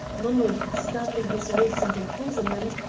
notwithstanding his recent imprisonment,